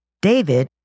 David